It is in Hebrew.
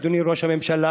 אדוני ראש הממשלה,